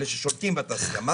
אלה ששולטים בתעשייה.